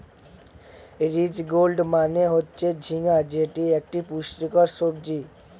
ridge gourd মানে হচ্ছে ঝিঙ্গা যেটি এক পুষ্টিকর সবজি